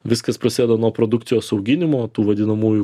viskas prasideda nuo produkcijos auginimo tų vadinamųjų